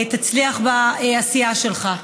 תצליח בעשייה שלך.